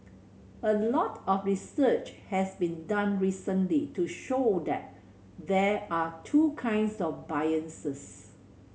a lot of research has been done recently to show that there are two kinds of biases